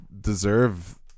deserve